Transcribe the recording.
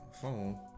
phone